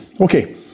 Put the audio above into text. okay